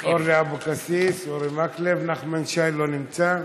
אורלי אבקסיס, אורי מקלב, נחמן שי, לא נמצא.